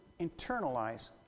internalize